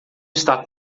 está